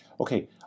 Okay